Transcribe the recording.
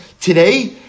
today